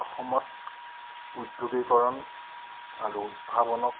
অসমত উদ্যোগীকৰণ আৰু উদ্ভাৱনক